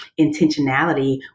intentionality